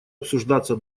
обсуждаться